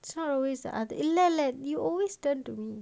it's not always the other இல்லைல்ல:illaila you always turn to me